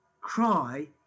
cry